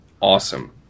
Awesome